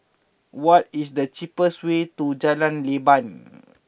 what is the cheapest way to Jalan Leban